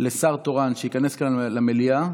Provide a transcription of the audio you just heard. לשר תורן שייכנס כאן למליאה.